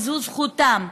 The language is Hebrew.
וזו זכותם.